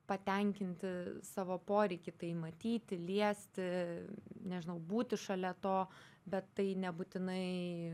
patenkinti savo poreikį tai matyti liesti nežinau būti šalia to bet tai nebūtinai